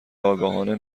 آگاهانه